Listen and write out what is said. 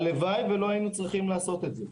הלוואי שלא היינו צריכים לעשות את זה.